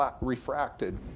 refracted